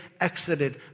exited